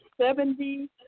seventy